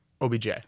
OBJ